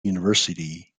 university